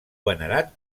venerat